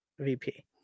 vp